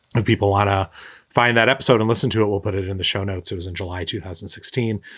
if people want to find that episode and listen to it, we'll put it it in the show notes. it was in july two thousand and sixteen.